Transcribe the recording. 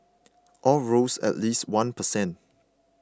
all rose at least one per cent